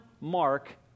Mark